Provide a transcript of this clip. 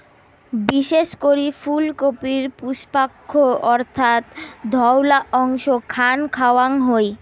বিশেষ করি ফুলকপির পুষ্পাক্ষ অর্থাৎ ধওলা অংশ খান খাওয়াং হই